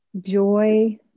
joy